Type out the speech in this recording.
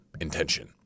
intention